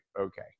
okay